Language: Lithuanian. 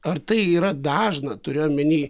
ar tai yra dažna turiu omeny